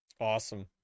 awesome